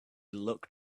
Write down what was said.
looked